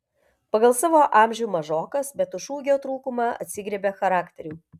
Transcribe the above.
pagal savo amžių mažokas bet už ūgio trūkumą atsigriebia charakteriu